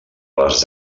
les